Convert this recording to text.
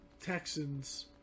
Texans